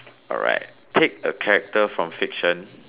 alright pick a character from fiction